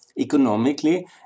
Economically